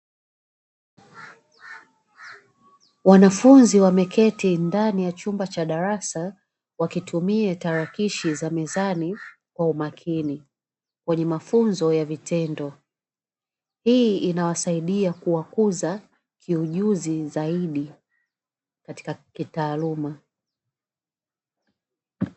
Wanafunzi wameketi ndani ya chumba cha darasa wakitumia tarakishi za mezani kwa umakini, kwenye mafunzo ya vitendo hii inawasaidia kuwakuza kwa ujuzi zaidi katika kitaaluma.